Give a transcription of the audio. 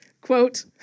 Quote